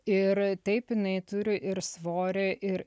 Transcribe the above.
ir taip jinai turi ir svorį ir